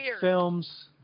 films